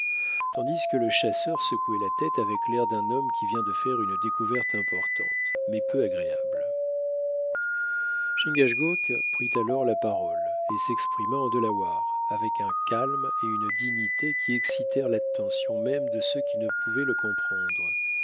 tandis que le chasseur secouait la tête avec l'air d'un homme qui vient de faire une découverte importante mais peu agréable chingachgook prit alors la parole et s'exprima en delaware avec un calme et une dignité qui excitèrent l'attention même de ceux qui ne pouvaient le comprendre